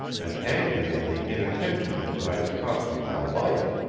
and angry at the inattention that might have cost me my life.